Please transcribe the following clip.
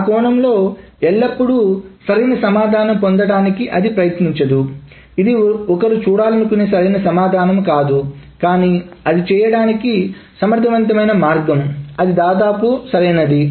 ఆ కోణంలో ఎల్లప్పుడూ సరైన సమాధానం పొందడానికి అది ప్రయత్నించదు ఇది ఒకరు చూడాలనుకునే సరైన సమాధానం కాదు కానీ అది చేయటానికి సమర్థవంతమైన మార్గంఅది దాదాపు సరైనది